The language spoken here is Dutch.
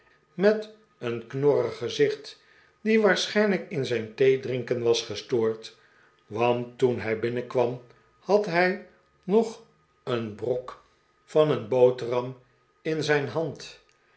met een knorrig gezicht die waarschijnlijk in zijn theedrinken was gestoord want toen hij binnenkwam had hij nog een brok van een boterham in zijn hand